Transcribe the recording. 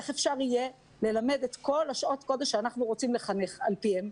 איך אפשר יהיה ללמד את כל שעות הקודש שאנחנו רוצים לחנך על פיהן,